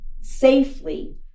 safely